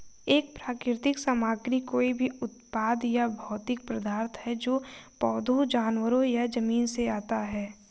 एक प्राकृतिक सामग्री कोई भी उत्पाद या भौतिक पदार्थ है जो पौधों, जानवरों या जमीन से आता है